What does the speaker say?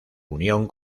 unión